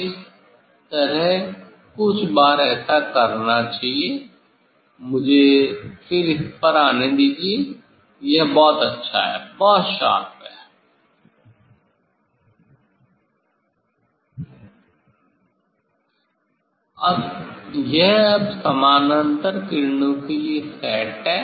इस तरह कुछ बार ऐसा करना चाहिए मुझे फिर इस पर आने दीजिये यह बहुत अच्छा है बहुत शार्प है यह अब समानांतर किरणों के लिए सेट है